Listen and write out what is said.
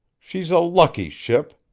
she's a lucky ship.